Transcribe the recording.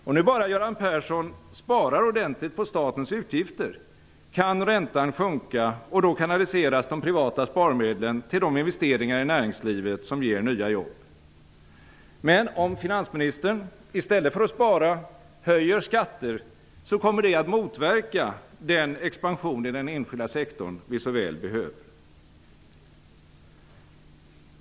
Om bara Göran Persson sparar ordentligt på statens utgifter kan räntan sjunka, och då kanaliseras de privata sparmedlen till investeringar i näringslivet som ger nya jobb. Men om finansministern i stället för att spara höjer skatter, kommer detta att motverka den expansion i den enskilda sektorn som vi så väl behöver.